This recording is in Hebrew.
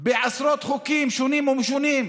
בעשרות חוקים שונים ומשונים.